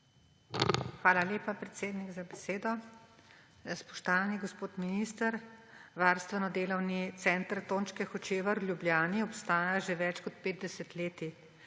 Hvala lepa, predsednik, za besedo. Spoštovani gospod minister! Varstveno-delovni center Tončke Hočevar v Ljubljani obstaja že več kot pet